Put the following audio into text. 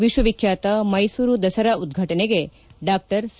ವಿಶ್ವವಿಖ್ಯಾತ ಮೈಸೂರು ದಸರಾ ಉದ್ಘಾಟನೆಗೆ ಡಾ ಸಿ